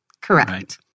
Correct